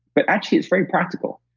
but actually, it's very practical,